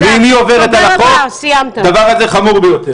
אם היא עוברת על החוק, הדבר הזה חמור ביותר.